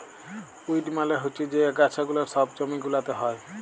weed মালে হচ্যে যে আগাছা গুলা সব জমি গুলাতে হ্যয়